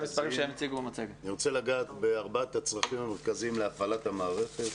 אני רוצה לגעת בארבעת הצרכים המרכזיים להפעלת המערכת.